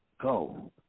go